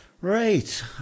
Right